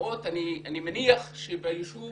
ואני מניח שבישוב